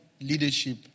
leadership